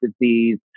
disease